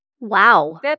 Wow